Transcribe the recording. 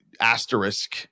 asterisk